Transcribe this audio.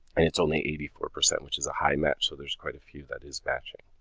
and it's only eighty-four percent, which is a high match, so there's quite a few that is matching.